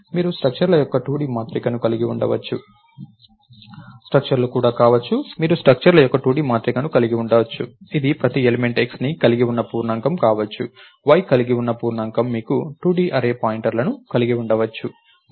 మీరు స్ట్రక్చర్ ల యొక్క 2D మాతృకను కలిగి ఉండవచ్చు ఇక్కడ ప్రతి ఎలిమెంట్ xని కలిగి ఉన్న పూర్ణాంకం కావచ్చు y కలిగి ఉన్న పూర్ణాంకం మీకు 2D అర్రే పాయింటర్లను కలిగి ఉండవచ్చు